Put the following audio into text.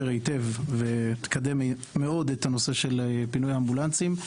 היטב ותקדם מאוד את נושא פינוי האמבולנסים.